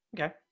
Okay